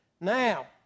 Now